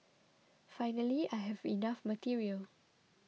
finally I have enough material